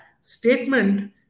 statement